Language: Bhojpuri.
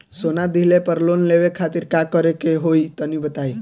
सोना दिहले पर लोन लेवे खातिर का करे क होई तनि बताई?